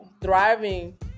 Thriving